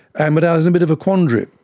and but i was in a bit of a quandary,